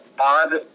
odd